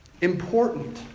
Important